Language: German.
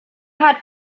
hat